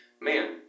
man